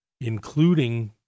including